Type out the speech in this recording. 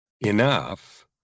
enough